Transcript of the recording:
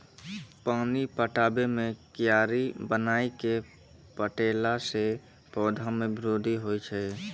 पानी पटाबै मे कियारी बनाय कै पठैला से पौधा मे बृद्धि होय छै?